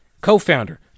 co-founder